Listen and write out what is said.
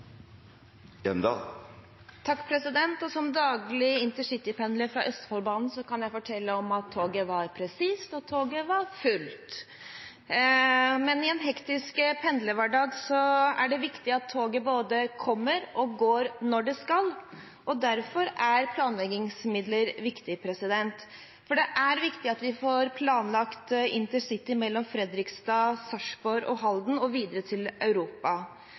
Som daglig intercitypendler med Østfoldbanen kan jeg fortelle at toget var presist, og toget var fullt. Men i en hektisk pendlerhverdag er det viktig at toget både kommer og går når det skal. Derfor er planleggingsmidler viktig, for det er viktig at vi får planlagt intercity mellom Fredrikstad, Sarpsborg og Halden og videre ut i Europa.